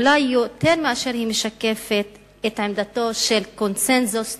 אולי יותר מאשר היא משקפת את עמדתו של קונסנזוס ציוני,